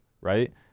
right